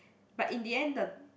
but in the end the